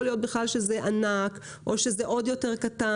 להיות בכלל שזה ענק או שזה עוד יותר קטן.